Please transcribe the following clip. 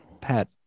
Pat